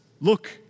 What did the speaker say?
look